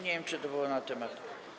Nie wiem, czy to było na temat.